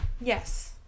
Yes